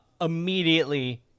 Immediately